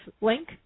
link